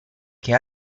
che